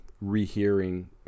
rehearing